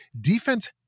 defense